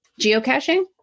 geocaching